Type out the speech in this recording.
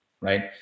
right